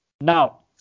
Now